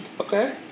Okay